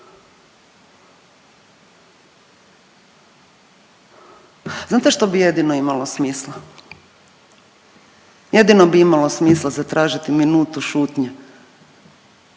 Znate što bi jedino imalo smisla? Jedino bi imalo smisla zatražiti minutu šutnje